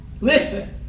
listen